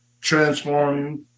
transforming